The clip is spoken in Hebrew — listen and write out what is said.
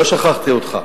לא שכחתי אותך.